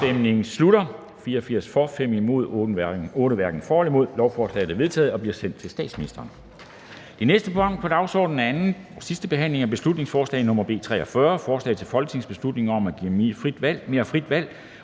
Karina Adsbøl (UFG) og Marie Krarup (UFG)). Lovforslaget er vedtaget og bliver sendt til statsministeren. --- Det næste punkt på dagsordenen er: 16) 2. (sidste) behandling af beslutningsforslag nr. B 43: Forslag til folketingsbeslutning om at give mere frit valg